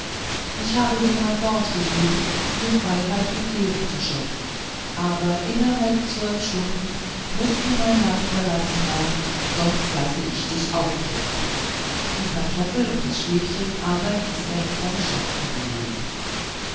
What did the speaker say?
ich habe dir mein wort gegeben dir freiheit und leben zu schenken aber innerhalb zwölf stunden mußt du mein land verlassen haben sonst lasse ich dich aufknüpfen die pantoffel und das stäbchen aber ließ er in seine schatzkammer legen